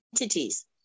entities